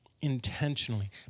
intentionally